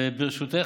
ברשותך,